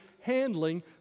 handling